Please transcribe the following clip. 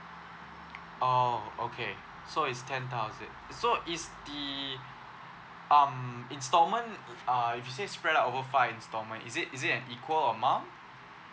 oh okay so it's ten thousand so is the um installment uh you say spread out over five installment is it is it an equal amount